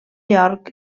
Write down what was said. york